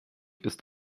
ist